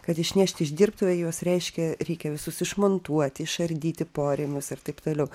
kad išnešti iš dirbtuvių juos reiškia reikia visus išmontuoti išardyti porėmius ir taip toliau